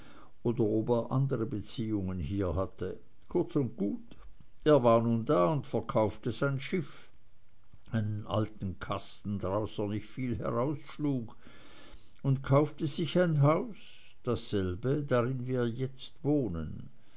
oder ob er andere beziehungen hier hatte kurz und gut er war nun da und verkaufte sein schiff einen alten kasten draus er nicht viel herausschlug und kaufte sich ein haus dasselbe drin wir jetzt wohnen